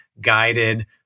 guided